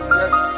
yes